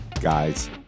Guys